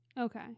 Okay